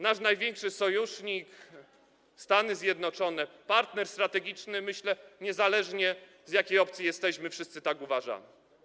Nasz największy sojusznik, Stany Zjednoczone, partner strategiczny, myślę, niezależnie, z jakiej opcji jesteśmy, wszyscy tak uważamy.